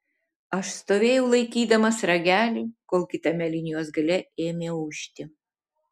aš stovėjau laikydamas ragelį kol kitame linijos gale ėmė ūžti